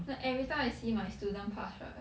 like every time I see my student pass right